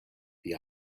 the